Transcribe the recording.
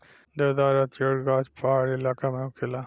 देवदार आ चीड़ के गाछ पहाड़ी इलाका में होखेला